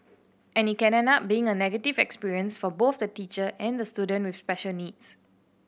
and it can end up being a negative experience for both the teacher and the student with special needs